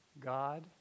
God